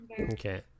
Okay